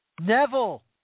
Neville